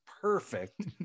perfect